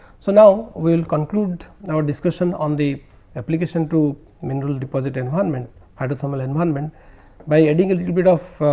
so, now we will conclude our discussion on the application to mineral deposit environment, hydrothermal environment by adding a little bit of